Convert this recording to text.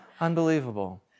Unbelievable